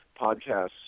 podcasts